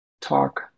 talk